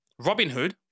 Robinhood